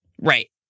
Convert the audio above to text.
Right